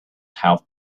have